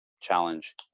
challenge